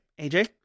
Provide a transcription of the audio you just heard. AJ